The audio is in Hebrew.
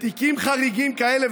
בתיקים חריגים כאלה,